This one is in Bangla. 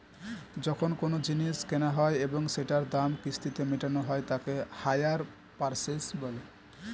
যখন কোনো জিনিস কেনা হয় এবং সেটার দাম কিস্তিতে মেটানো হয় তাকে হাইয়ার পারচেস বলে